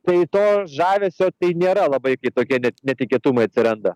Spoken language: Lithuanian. tai to žavesio tai nėra labai kai tokie netikėtumai atsiranda